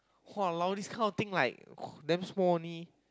!walao! this kind of thing like !wah! damn small only